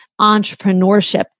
entrepreneurship